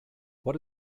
what